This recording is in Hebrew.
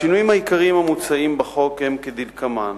השינויים העיקריים המוצעים בחוק הם כדלקמן: